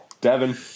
Devin